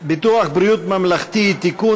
ביטוח בריאות ממלכתי (תיקון,